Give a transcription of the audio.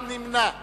52, ונמנע אחד.